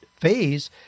phase